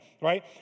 right